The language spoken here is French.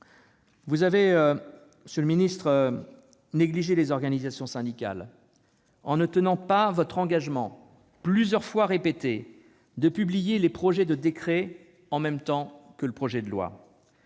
vous avez négligé les organisations syndicales, en ne tenant pas votre engagement, plusieurs fois répété, de publier les projets de décrets en même temps que le projet de loi.